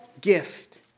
gift